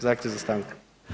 Zahtjev za stanku.